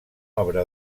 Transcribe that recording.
obra